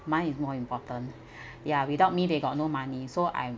mine is more important ya without me they got no money so I'm